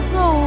go